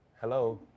Hello